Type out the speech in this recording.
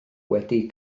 wedi